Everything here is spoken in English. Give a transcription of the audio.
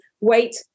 wait